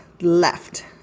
left